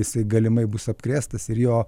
jisai galimai bus apkrėstas ir jo